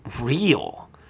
real